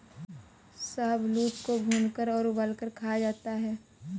शाहबलूत को भूनकर और उबालकर खाया जाता है